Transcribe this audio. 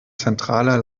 zentraler